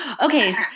Okay